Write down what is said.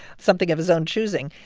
something of his own choosing.